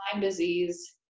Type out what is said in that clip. disease